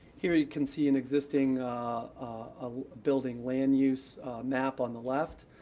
here you can see an existing ah building land use map on the left